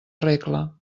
regla